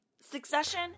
Succession